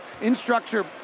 Instructure